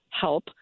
help